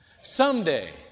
someday